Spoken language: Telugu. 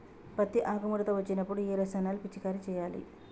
పత్తి ఆకు ముడత వచ్చినప్పుడు ఏ రసాయనాలు పిచికారీ చేయాలి?